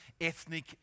ethnic